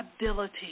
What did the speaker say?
ability